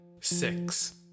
six